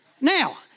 Now